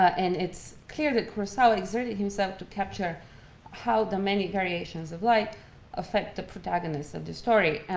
and it's clear that kurosawa exerted himself to capture how the many variations of light affect the protagonist of the story.